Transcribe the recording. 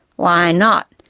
why not?